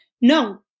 no